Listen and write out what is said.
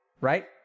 Right